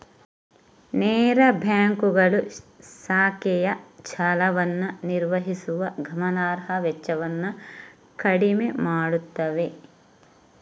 ನೇರ ಬ್ಯಾಂಕುಗಳು ಶಾಖೆಯ ಜಾಲವನ್ನು ನಿರ್ವಹಿಸುವ ಗಮನಾರ್ಹ ವೆಚ್ಚವನ್ನು ಕಡಿಮೆ ಮಾಡುತ್ತವೆ